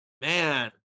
Man